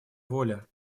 воля